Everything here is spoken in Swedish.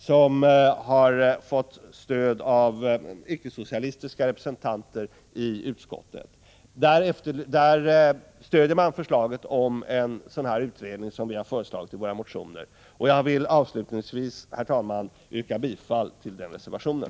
Bakom reservationen står icke-socialistiska representanter i utskottet. I reservationen stöds det förslag om en utredning som har framförts i våra motioner. Jag vill avslutningsvis, herr talman, yrka bifall till den reservationen.